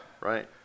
Right